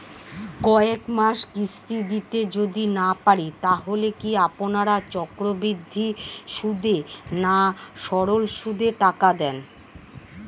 কয়েক মাস কিস্তি দিতে যদি না পারি তাহলে কি আপনারা চক্রবৃদ্ধি সুদে না সরল সুদে টাকা দেন?